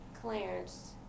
Clarence